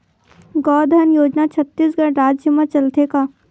गौधन योजना छत्तीसगढ़ राज्य मा चलथे का?